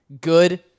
good